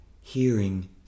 hearing